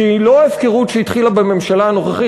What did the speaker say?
שהיא לא הפקרות שהתחילה בממשלה הנוכחית,